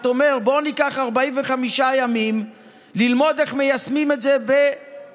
אומר: בואו ניקח 45 ימים ללמוד איך מיישמים את זה ביו"ש.